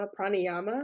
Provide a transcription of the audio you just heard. pranayama